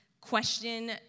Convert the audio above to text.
question